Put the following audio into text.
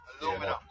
Aluminum